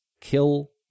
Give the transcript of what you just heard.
Kill